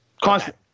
constant